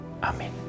Amen